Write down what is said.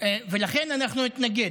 לכן אנחנו נתנגד.